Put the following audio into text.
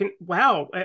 wow